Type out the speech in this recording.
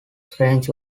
french